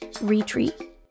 retreat